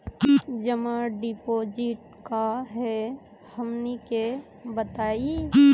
जमा डिपोजिट का हे हमनी के बताई?